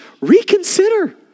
reconsider